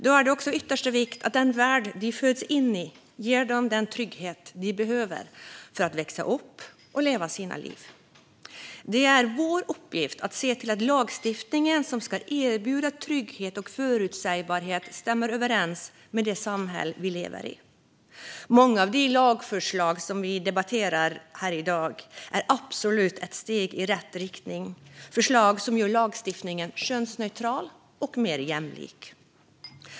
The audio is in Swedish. Då är det också av yttersta vikt att den värld de föds in i ger dem den trygghet de behöver för att växa upp och leva sina liv. Det är vår uppgift att se till att den lagstiftning som ska erbjuda trygghet och förutsägbarhet stämmer överens med det samhälle vi lever i. Många av de lagförslag som vi debatterar här i dag är absolut steg i rätt riktning. De är förslag som gör lagstiftningen könsneutral och mer jämlik.